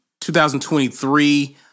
2023